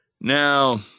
Now